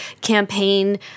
campaign